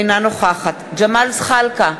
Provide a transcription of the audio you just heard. אינה נוכחת ג'מאל זחאלקה,